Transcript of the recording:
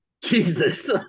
Jesus